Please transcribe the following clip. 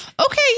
okay